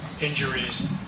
injuries